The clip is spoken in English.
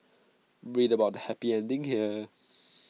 read about the happy ending here